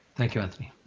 thank you, anthony.